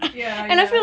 ya ya